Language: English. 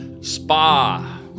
Spa